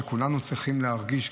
שכולנו צריכים להרגיש,